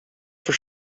for